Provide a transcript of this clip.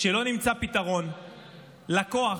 שלא נמצא פתרון לכוח